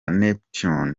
neptunez